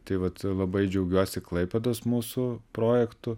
tai vat labai džiaugiuosi klaipėdos mūsų projektu